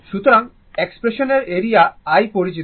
সুতরাং এক্সপ্রেশন এর area i পরিচিত